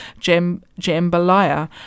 Jambalaya